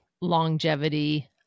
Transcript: longevity